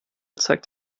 zeigt